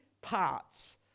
parts